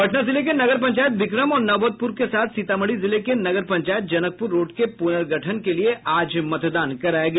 पटना जिले के नगर पंचायत बिक्रम और नौबतपूर के साथ सीतामढ़ी जिले के नगर पंचायत जनकपुर रोड के पुनगर्ठन के लिये आज मतदान कराया गया